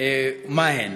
מה הן?